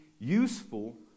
useful